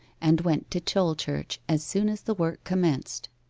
and went to tolchurch as soon as the work commenced.